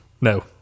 No